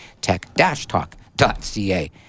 tech-talk.ca